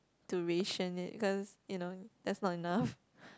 to ration it cause you know that's not enough